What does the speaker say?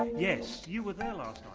yes, you were there last